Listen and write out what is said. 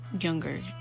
younger